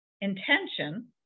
intention